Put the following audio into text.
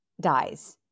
dies